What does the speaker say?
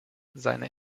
seine